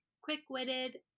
quick-witted